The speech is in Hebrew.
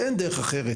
אין דרך אחרת,